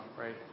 right